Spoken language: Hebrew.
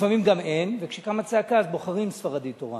לפעמים גם אין, וכשקמה צעקה אז בוחרים ספרדי תורן,